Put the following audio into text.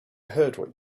heard